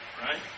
Right